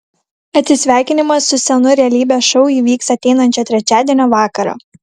atsisveikinimas su senu realybės šou įvyks ateinančio trečiadienio vakarą